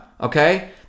okay